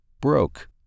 broke